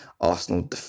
Arsenal